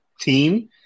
team –